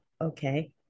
Okay